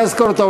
מה אזכור טוב?